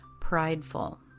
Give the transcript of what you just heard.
prideful